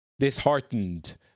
disheartened